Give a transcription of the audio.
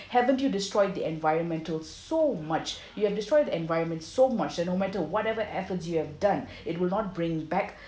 haven't you destroyed the environmental so much you have destroyed the environment so much that no matter whatever efforts you have done it will not bring back